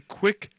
quick